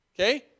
Okay